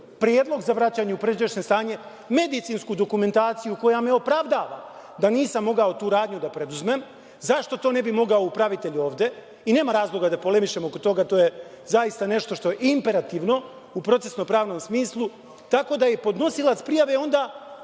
predlog za vraćanje u pređašnje stanje medicinsku dokumentaciju koja mi opravdava da nisam mogao tu radnju da preduzmem. Zašto to ne bi mogao upravitelj ovde? Nema razloga da polemišemo oko toga, to je zaista nešto što je imperativno u procesno-pravnom smislu. Znači da je podnosilac prijave onda